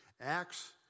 Acts